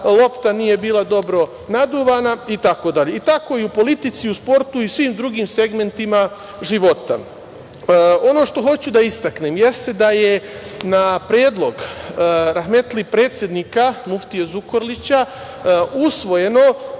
lopta nije bila dobro naduvana, itd. Tako i u politici i u sportu i svim drugim segmentima života. Ono što hoću da istaknem jeste da je na predlog rahmetli predsednika Muftije Zukorlića usvojeno